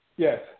Yes